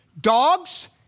dogs